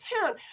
town